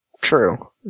True